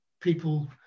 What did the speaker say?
people